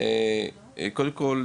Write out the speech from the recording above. קודם כל,